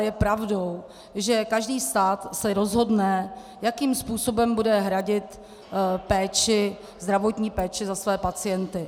Je pravdou, že každý stát se rozhodne, jakým způsobem bude hradit zdravotní péči za své pacienty.